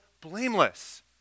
blameless